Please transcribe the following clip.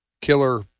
killer